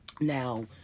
Now